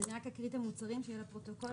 אני רק אקריא את המוצרים שיהיה לפרוטוקול.